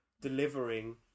delivering